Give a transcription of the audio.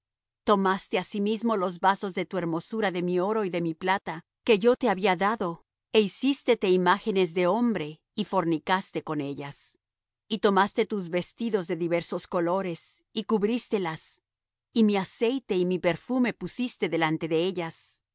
tomaste asimismo los vasos de tu hermosura de mi oro y de mi plata que yo te había dado é hicístete imágenes de hombre y fornicaste con ellas y tomaste tus vestidos de diversos colores y cubrístelas y mi aceite y mi perfume pusiste delante de ellas